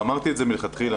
ואמרתי את זה מלכתחילה,